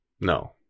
No